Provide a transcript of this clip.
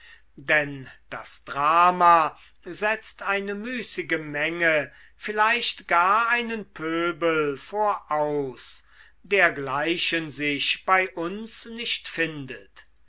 denn das drama setzt eine müßige menge vielleicht gar einen pöbel voraus dergleichen sich bei uns nicht findet